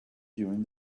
during